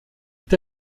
est